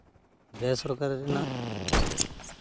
ᱵᱮᱥᱚᱨᱠᱟᱨᱤ ᱨᱮᱱᱟᱜ